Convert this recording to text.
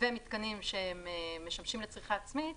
ומתקנים שמשמשים לצריכה עצמית